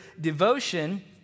devotion